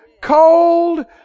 cold